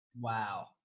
Wow